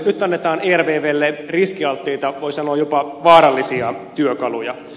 nyt annetaan ervvlle riskialttiita voi sanoa jopa vaarallisia työkaluja